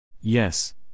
Yes